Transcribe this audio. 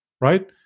right